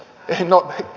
velalla